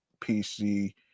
PC